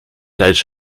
tijdens